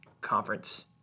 conference